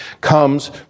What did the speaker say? comes